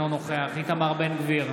אינו נוכח איתמר בן גביר,